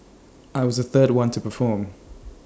I was the third one to perform